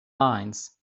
lines